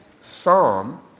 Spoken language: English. psalm